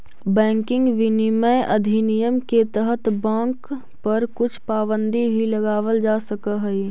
banking विनियमन अधिनियम के तहत बाँक पर कुछ पाबंदी भी लगावल जा सकऽ हइ